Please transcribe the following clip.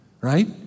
right